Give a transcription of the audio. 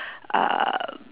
uh